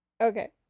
okay